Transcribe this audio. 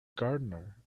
gardener